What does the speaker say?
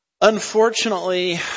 Unfortunately